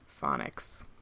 phonics